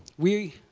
we,